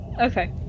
Okay